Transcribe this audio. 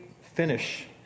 finish